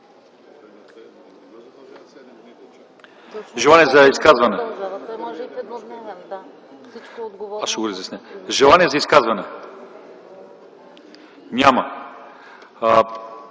Желание за изказване? Няма.